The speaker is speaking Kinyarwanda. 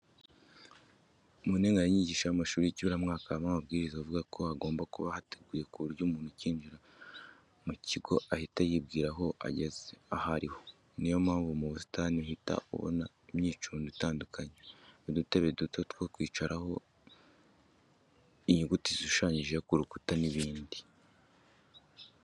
Mu nteganyanyigisho y'amashuri y'ikiburamwaka, habamo amabwiriza avuga ko hagomba kuba hateguye ku buryo umuntu ukinjira mu kigo ahita yibwira aho ageze aho ari ho, ni yo mpamvu mu busitani uhita uhabona imyicundo itandukanye, udutebe duto two kwicaraho, inyuguti zishushanyije ku rukuta n'ibindi.